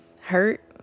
hurt